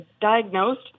diagnosed